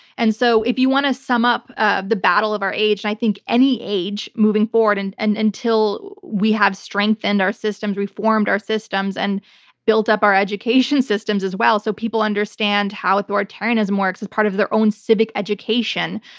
and so if you want to sum up the battle of our age and i think any age moving forward and and until we have strengthened our systems, reformed our systems and built up our education systems as well so people understand how authoritarianism works as part of their own civic education.